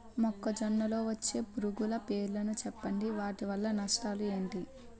మొక్కజొన్న లో వచ్చే పురుగుల పేర్లను చెప్పండి? వాటి వల్ల నష్టాలు ఎంటి?